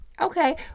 Okay